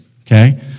Okay